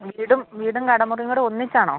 വീടും വീടും കട മുറിയും കൂടെ ഒന്നിച്ചാണോ